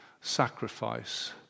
sacrifice